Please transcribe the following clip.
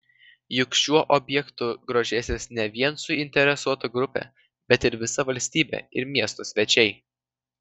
juk šiuo objektu grožėsis ne vien suinteresuota grupė bet ir visa valstybė ir miesto svečiai